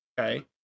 Okay